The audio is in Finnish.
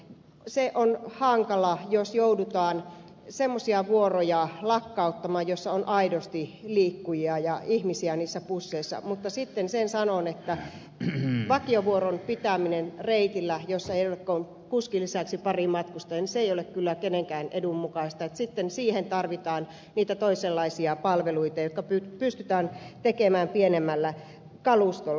se on hankalaa jos joudutaan semmoisia vuoroja lakkauttamaan joilla on aidosti liikkujia ja ihmisiä niissä busseissa mutta sitten sen sanon että sellaisen vakiovuoron pitäminen reitillä jossa ei ole kuskin lisäksi kuin pari matkustajaa ei ole kyllä kenenkään edun mukaista vaan siihen sitten tarvitaan niitä toisenlaisia palveluita jotka pystytään tekemään pienemmällä kalustolla